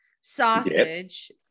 sausage